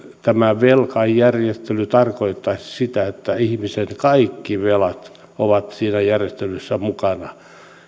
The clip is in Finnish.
tämä velkajärjestely tarkoittaisi sitä että ihmisen kaikki velat ovat siinä järjestelyssä mukana